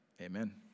amen